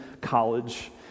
College